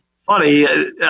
funny